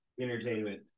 entertainment